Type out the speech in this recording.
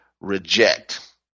reject